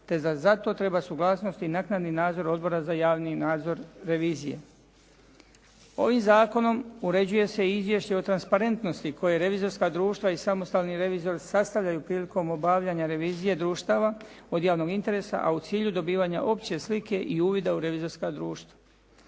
te da zato treba suglasnost i naknadni nadzor Odbora za javni nadzor revizije. Ovim zakonom uređujem se i izvješće o transparentnosti koje revizorska društva i samostalni revizor sastavljaju prilikom obavljanja revizije društava od javnog interesa, a u cilju dobivanja opće slike i uvida u revizorska društva.